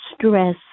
stress